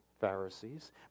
Pharisees